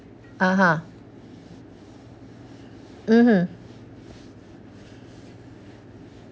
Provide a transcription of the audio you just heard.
(uh huh) mmhmm